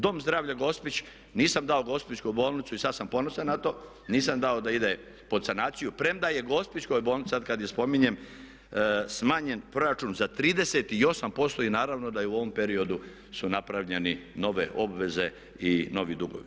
Dom zdravlja Gospić nisam dao Gospićku bolnicu i sad sam ponosan na to, nisam dao da ide pod sanaciju premda je gospićkoj bolnici sad kad je spominjem smanjen proračun za 38% i naravno da u ovom periodu su napravljeni nove obveze i novi dugovi.